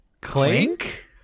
clink